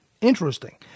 Interesting